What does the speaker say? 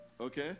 Okay